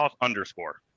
underscore